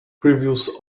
previous